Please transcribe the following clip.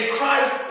Christ